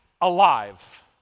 alive